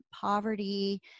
poverty